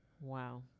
Wow